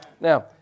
Now